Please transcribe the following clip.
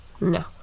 No